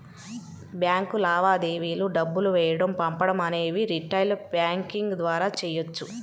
bank లావాదేవీలు డబ్బులు వేయడం పంపడం అనేవి రిటైల్ బ్యాంకింగ్ ద్వారా చెయ్యొచ్చు